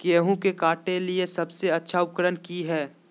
गेहूं के काटे के लिए सबसे अच्छा उकरन की है?